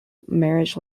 marriage